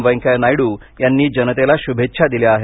वैंकय्या नायडू यांनी जनतेला शुभेच्छा दिल्या आहेत